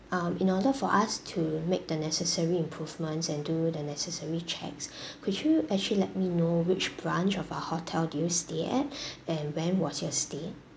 um in order for us to make the necessary improvements and do the necessary checks could you actually let me know which branch of our hotel did you stay at and when was your stay